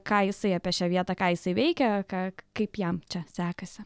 ką jisai apie šią vietą ką jisai veikia ką kaip jam čia sekasi